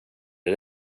det